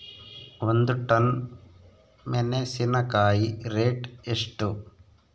ಒಂದು ಟನ್ ಮೆನೆಸಿನಕಾಯಿ ರೇಟ್ ಎಷ್ಟು?